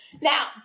Now